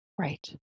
Right